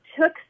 took